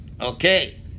Okay